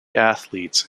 athletes